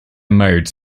modes